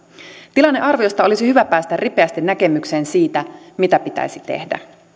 tilannearviosta olisi hyvä päästä ripeästi näkemykseen siitä mitä pitäisi tehdä